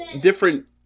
different